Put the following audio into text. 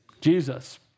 Jesus